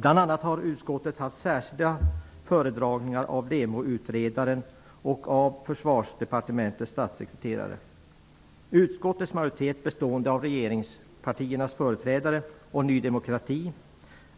Bl.a. har utskottet haft särskilda föredragningar av LEMO-utredaren och av Utskottets majoritet, bestående av regeringspartiernas företrädare och Ny demokrati,